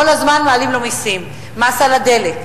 כל הזמן מעלים לו מסים: מס על הדלק,